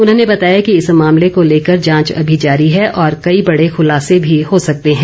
उन्होंने बताया कि इस मामले को लेकर जांच अभी जारी है और कई बड़े खुलासे भी हो सकते हैं